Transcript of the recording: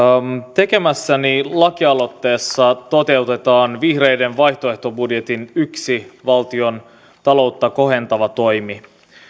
tekemässäni laki aloitteessa toteutetaan vihreiden vaihtoehtobudjetin yksi valtiontaloutta kohentava toimi